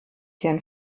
deren